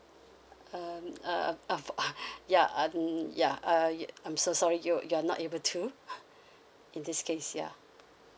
um uh uh ya uh ya uh I'm so sorry you you're not able to in this case ya